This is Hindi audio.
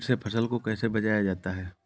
कीट से फसल को कैसे बचाया जाता हैं?